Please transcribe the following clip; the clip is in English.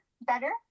better